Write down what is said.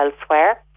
elsewhere